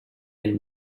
and